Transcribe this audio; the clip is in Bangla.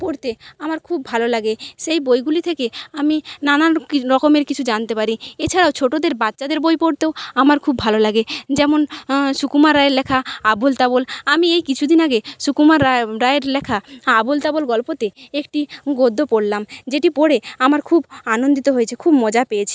পড়তে আমার খুব ভালো লাগে সেই বইগুলি থেকে আমি নানান কি রকমের কিছু জানতে পারি এছাড়াও ছোটোদের বাচ্চাদের বই পড়তেও আমার খুব ভালো লাগে যেমন সুকুমার রায়ের লেখা আবোল তাবোল আমি এই কিছু দিন আগে সুকুমার রায়ের লেখা আবোল তাবোল গল্পতে একটি গদ্য পড়লাম যেটি পরে আমার খুব আনন্দিত হয়েছি খুব মজা পেয়েছি